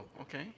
okay